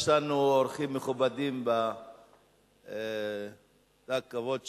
יש לנו אורחים מכובדים בתא הכבוד שלנו,